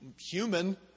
human